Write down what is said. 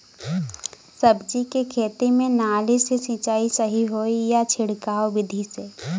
सब्जी के खेती में नाली से सिचाई सही होई या छिड़काव बिधि से?